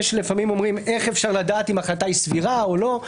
לפעמים אומרים: איך אפשר לדעת אם החלטה היא סבירה או לא?